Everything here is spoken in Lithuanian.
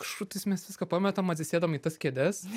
kažkur tais mes viską pametam atsisėdam į tas kėdes